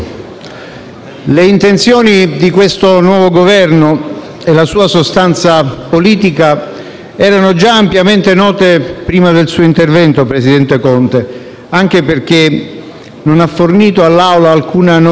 le intenzioni di questo nuovo Governo e la sua sostanza politica erano già ampiamente note prima del suo intervento, presidente Conte, anche perché non ha fornito all'Assemblea alcuna novità